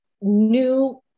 new